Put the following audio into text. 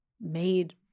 made